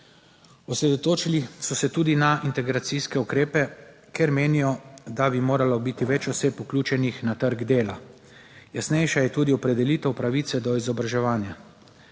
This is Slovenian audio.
osredotočili so se tudi na integracijske ukrepe, ker menijo, da bi moralo biti več oseb vključenih na trg dela. Jasnejša je tudi opredelitev pravice do izobraževanja.